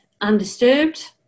undisturbed